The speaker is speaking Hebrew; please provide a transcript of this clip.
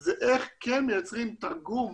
זה איך כן מייצרים תרגום